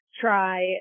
try